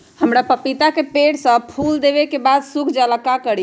हमरा पतिता के पेड़ सब फुल देबे के बाद सुख जाले का करी?